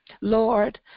Lord